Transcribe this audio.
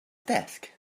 desk